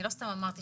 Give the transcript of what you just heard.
אני לא סתם אמרת,